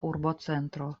urbocentro